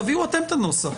תביאו אתם את הנוסח,